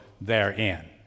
therein